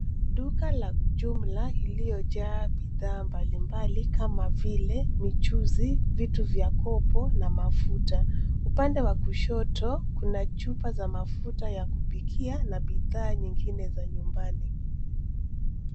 Duka la jumla, iliyojaa bidhaa mbalimbali kama vile; michuzi, vitu vya kopo na mafuta. Upande wa kushoto, kuna chupa za mafuta ya kupikia na bidhaa nyingine za nyumbani.